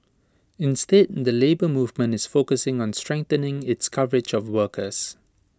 instead the Labour Movement is focusing on strengthening its coverage of workers